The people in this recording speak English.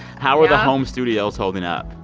how are the home studios holding up?